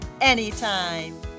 Anytime